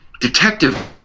detective